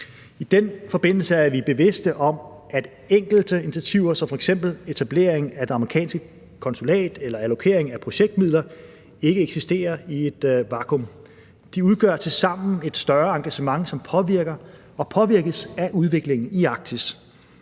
I den forbindelse er vi bevidste om, at enkelte initiativer som f.eks. etablering af det amerikanske konsulat eller allokering af projektmidler ikke eksisterer i et vakuum. De udgør tilsammen et større engagement, som påvirker og påvirkes af udviklingen i Arktis.